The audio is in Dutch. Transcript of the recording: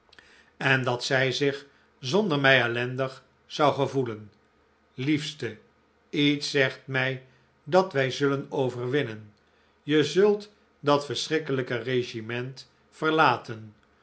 en dat zij zich zonder mij ellendig zou gevoelen liefste lets zegt mij dat wij zullen overwinnen je zult dat verschrikkelijke regiment verlaten